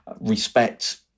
respect